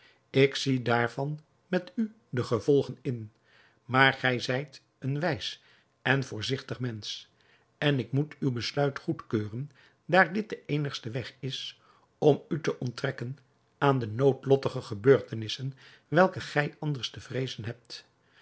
ik zie daarvan met u de gevolgen in maar gij zijt een wijs en voorzigtig mensch en ik moet uw besluit goedkeuren daar dit de eenigste weg is om u te onttrekken aan de noodlottige gebeurtenissen welke gij anders te vreezen hebt